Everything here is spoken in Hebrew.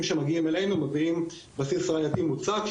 שמגיעים אלינו מביאים בסיס ראייתי מוצק,